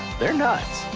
they're nuts.